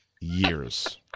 years